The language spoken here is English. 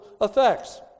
effects